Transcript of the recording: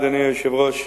אדוני היושב-ראש,